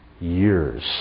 years